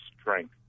strength